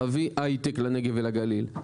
להביא הייטק לנגב ולגליל,